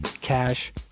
cash